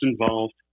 involved